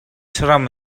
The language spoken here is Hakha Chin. saram